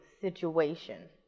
situation